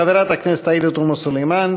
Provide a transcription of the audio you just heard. חברת הכנסת עאידה תומא סלימאן.